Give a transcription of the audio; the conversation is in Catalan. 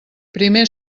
primer